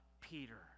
Peter